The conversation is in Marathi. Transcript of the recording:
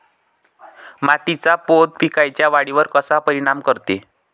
मातीचा पोत पिकाईच्या वाढीवर कसा परिनाम करते?